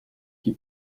qui